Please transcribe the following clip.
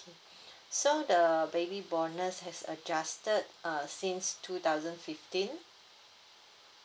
so the baby bonus has adjusted uh since two thousand fifteen